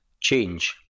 Change